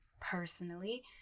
personally